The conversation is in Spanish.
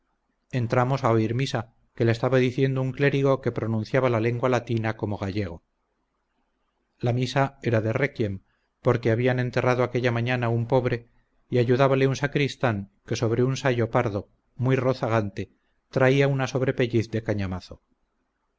entramos a oír misa que la estaba diciendo un clérigo que pronunciaba la lengua latina como gallego la misa era de requiem porque habían enterrado aquella mañana un pobre y ayudábale un sacristán que sobre un sayo pardo muy rozagante traía una sobrepelliz de cañamazo